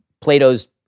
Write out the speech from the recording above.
Plato's